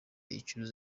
icuruza